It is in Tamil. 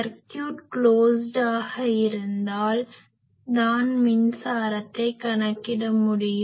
சர்க்யூட் க்லோஸ்டாக closed மூடிய இருந்தால் தான் மின்சாரத்தை கணக்கிட முடியும்